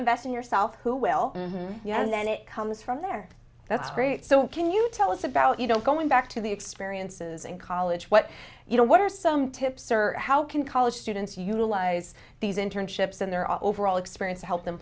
invest in yourself who will you have then it comes from there that's great so can you tell us about you don't going back to the experiences in college what you know what are some tips or how can college students utilize these internships and their overall experience to help them